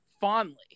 fondly